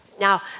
Now